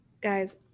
guys